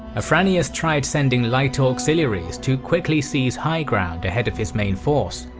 afranius tried sending light auxiliaries to quickly seize high ground ahead of his main force,